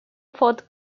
ford